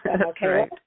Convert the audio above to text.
Okay